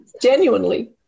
genuinely